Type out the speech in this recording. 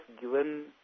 given